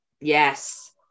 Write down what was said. yes